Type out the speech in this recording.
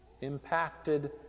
impacted